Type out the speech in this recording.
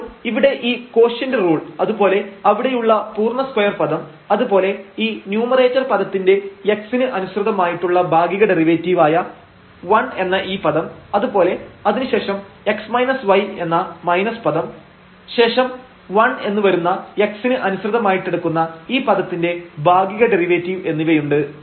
ഇപ്പോൾ ഇവിടെ ഈ കോഷ്യേന്റ് റൂൾ അതുപോലെ അവിടെയുള്ള പൂർണ്ണ സ്ക്വയർ പദം അത് പോലെ ഈ ന്യുമേറേറ്റർ പദത്തിന്റെ x ന് അനുസൃതമായിട്ടുള്ള ഭാഗിക ഡെറിവേറ്റീവ് ആയ 1 എന്ന ഈ പദം അതുപോലെ അതിനുശേഷം x y എന്ന മൈനസ് പദം ശേഷം 1 എന്ന് വരുന്ന x ന് അനുസൃതമായിട്ടെടുക്കുന്ന ഈ പദത്തിന്റെ ഭാഗിക ഡെറിവേറ്റീവ് എന്നിവയുണ്ട്